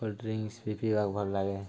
cold drinks ବି ପିଇବାକୁ ଭଲ ଲାଗେ